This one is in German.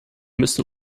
müssen